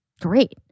great